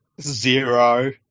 Zero